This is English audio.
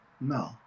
No